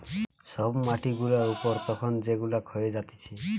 সব মাটি গুলা উপর তখন যেগুলা ক্ষয়ে যাতিছে